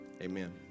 Amen